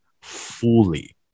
fully